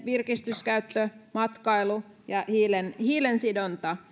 virkistyskäyttö matkailu ja hiilensidonta